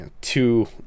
two